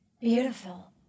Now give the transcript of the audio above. Beautiful